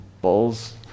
bulls